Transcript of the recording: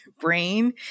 brain